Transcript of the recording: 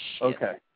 Okay